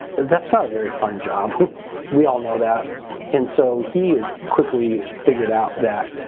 that's not a very fun job we all know that and so he quickly figured out that